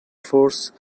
force